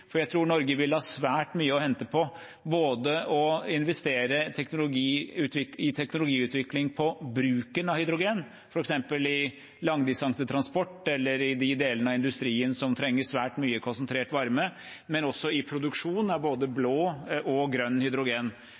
for jeg tror Norge vil ha svært mye å hente på å investere i teknologiutvikling for bruken av hydrogen, f.eks. i langdistansetransport eller i de delene av industrien som trenger svært mye konsentrert varme, og også i produksjon av både blått og grønt hydrogen.